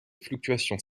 fluctuations